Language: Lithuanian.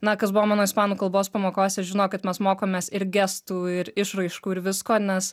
na kas buvo mano ispanų kalbos pamokose žino kad mes mokomės ir gestų ir išraiškų ir visko nes